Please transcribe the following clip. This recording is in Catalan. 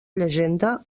llegenda